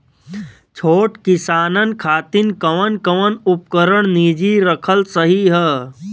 छोट किसानन खातिन कवन कवन उपकरण निजी रखल सही ह?